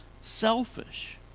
selfish